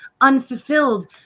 unfulfilled